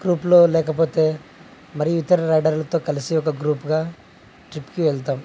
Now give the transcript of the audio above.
గ్రూప్లో లేకపోతే మరి ఇతర రైడర్లతో కలిసి ఒక గ్రూప్గా ట్రిప్కి వెళతాము